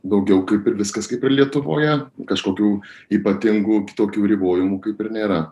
daugiau kaip ir viskas kaip ir lietuvoje kažkokių ypatingų tokių ribojimų kaip ir nėra